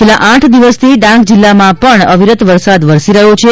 છેલ્લા આઠ દિવસથી ડાંગ જિલ્લામાં અવિરત પણે વરસાદ વરસી રહ્યો છે